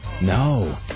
No